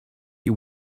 you